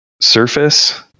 surface